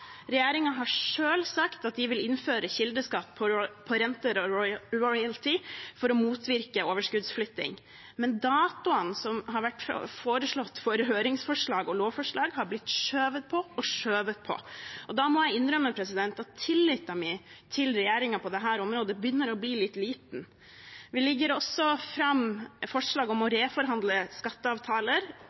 vil innføre kildeskatt på renter og royalty for å motvirke overskuddsflytting, men datoene som har vært foreslått for høringsforslag og lovforslag, har blitt skjøvet på og skjøvet på. Da må jeg innrømme at min tillit til regjeringen på dette området begynner å bli litt liten. Vi legger også fram forslag om å reforhandle skatteavtaler